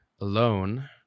alone